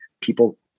People